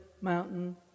mountain